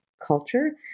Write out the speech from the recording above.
culture